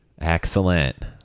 Excellent